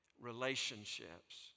Relationships